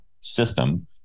system